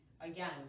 again